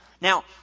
Now